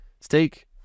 steak